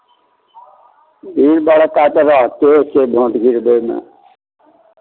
भीड़ भड़क्का तऽ रहिते छै भोट गिरबैमे